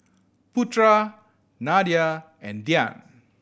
Putera Nadia and Dian